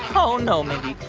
oh, no, mindy,